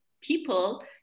people